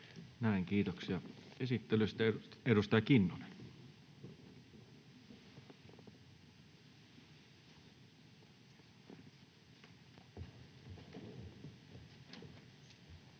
Näin. Kiitoksia esittelystä. — Edustaja Kinnunen. [Speech